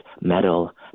metal